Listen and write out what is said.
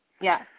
Yes